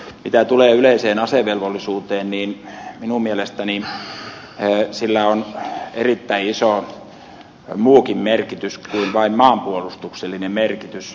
mitä tulee yleiseen asevelvollisuuteen niin minun mielestäni sillä on erittäin iso muukin merkitys kuin vain maanpuolustuksellinen merkitys